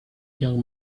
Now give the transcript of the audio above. young